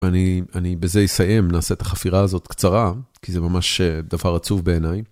אני בזה אסיים, נעשה את החפירה הזאת קצרה, כי זה ממש דבר עצוב בעיניי.